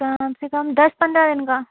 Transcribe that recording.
कम से कम दस पंद्रह दिन का